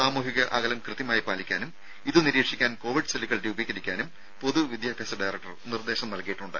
സാമൂഹിക അകലം കൃത്യമായി പാലിക്കാനും ഇതു നിരീക്ഷിക്കാൻ കോവിഡ് സെല്ലുകൾ രൂപീകരിക്കാനും പൊതു വിദ്യാഭ്യാസ ഡയറക്ടർ നിർദേശം നൽകിയിട്ടുണ്ട്